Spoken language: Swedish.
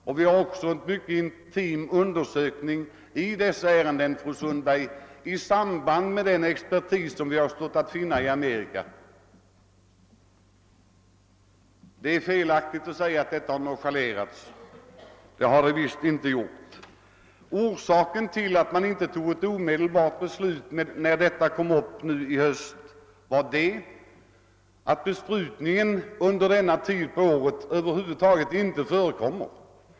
Vi bedriver också en mycket ingående undersökning, fru Sundberg, på detta område i intimt samarbete med den expertis som kunnat uppbringas i Amerika. Det är felaktigt att påstå att detta ärende har nonchalerats. Så har visst inte varit fallet. Anledningen till att man inte fattade ett omedelbart beslut när denna fråga togs upp denna höst var att besprutning under innevarande årstid över huvud taget inte förekommer.